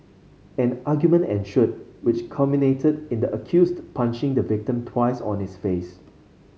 an argument ensued which culminated in the accused punching the victim twice on his face